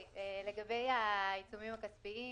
שבין רשות המסים לבין משרד המשפטים.